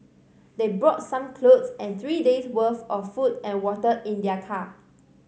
they brought some clothes and three days' worth of food and water in their car